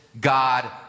God